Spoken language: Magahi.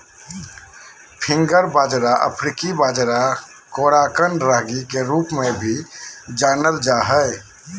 फिंगर बाजरा अफ्रीकी बाजरा कोराकन रागी के रूप में भी जानल जा हइ